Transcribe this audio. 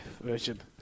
version